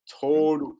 told